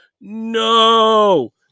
no